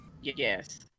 Yes